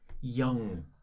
young